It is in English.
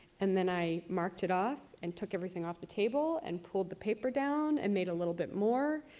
and then, i marked it off, and took everything off the table, and pulled the paper down, and made a little bit more,